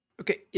Okay